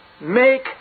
Make